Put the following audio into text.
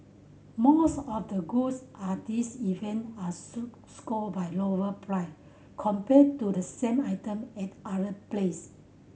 most of the goods at these event are score by lower price compared to the same item at other place